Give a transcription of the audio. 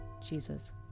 Jesus